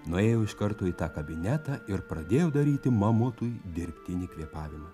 nuėjo iš karto į tą kabinetą ir pradėjo daryti mamutui dirbtinį kvėpavimą